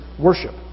worship